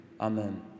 Amen